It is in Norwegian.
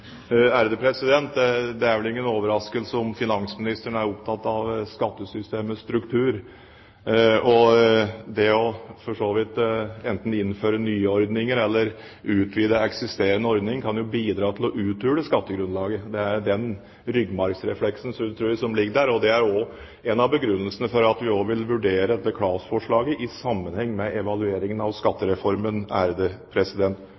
Det er vel ingen overraskelse at finansministeren er opptatt av skattesystemets struktur. Og når det for så vidt gjelder enten det å innføre nye ordninger eller det å utvide eksisterende ordning, kan det bidra til å uthule skattegrunnlaget. Det er den ryggmarksrefleksen, tror jeg, som ligger der. Det er en av begrunnelsene for at vi også vil vurdere dette KLAS-forslaget i sammenheng med evalueringen av